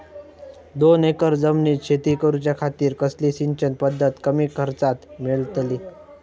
दोन एकर जमिनीत शेती करूच्या खातीर कसली सिंचन पध्दत कमी खर्चात मेलतली?